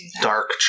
dark